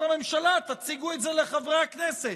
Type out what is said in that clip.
ואז בצלאל סמוטריץ' התעצבן על הג'ובים שתפרתם,